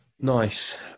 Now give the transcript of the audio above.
Nice